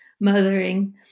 mothering